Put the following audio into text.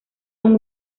con